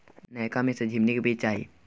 नयका में से झीमनी के बीज चाही?